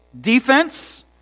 defense